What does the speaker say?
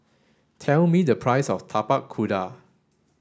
tell me the price of Tapak Kuda